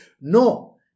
No